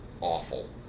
awful